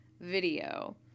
video